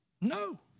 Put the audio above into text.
No